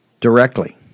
directly